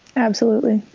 absolutely.